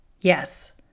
Yes